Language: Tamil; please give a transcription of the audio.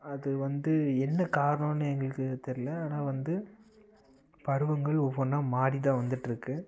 அது வந்து என்ன காரணம்னு எங்களுக்கு தெரில ஆனால் வந்து பருவங்கள் ஒவ்வொன்னா மாறி தான் வந்துட்டுருக்கு